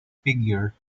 figure